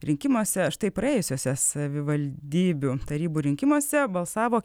rinkimuose štai praėjusiuose savivaldybių tarybų rinkimuose balsavo